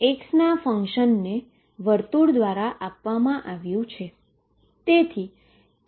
Y એ X ના ફંક્શનએ વર્તુળો દ્વારા આપવામાં આવ્યું છે